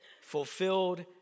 fulfilled